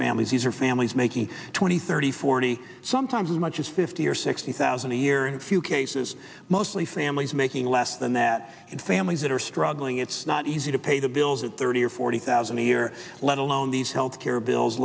these are families making twenty thirty forty sometimes as much as fifty or sixty thousand a year in few cases mostly families making less than that and families that are struggling it's not easy to pay the bills at thirty or forty thousand a year let alone these health care bills